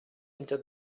into